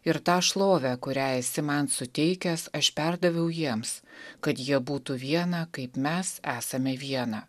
ir tą šlovę kurią esi man suteikęs aš perdaviau jiems kad jie būtų viena kaip mes esame viena